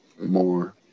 more